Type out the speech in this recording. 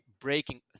breaking